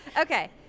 Okay